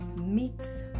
meets